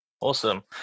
Awesome